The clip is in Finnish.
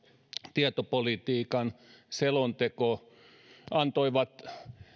tietopolitiikan selonteko antoivat